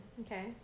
Okay